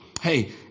Hey